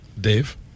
Dave